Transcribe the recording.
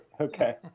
Okay